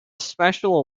special